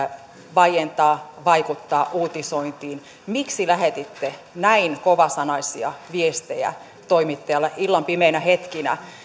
vaientaa vaikuttaa uutisointiin miksi lähetitte näin kovasanaisia viestejä toimittajalle illan pimeinä hetkinä